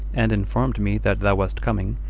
and informed me that thou wast coming,